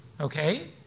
okay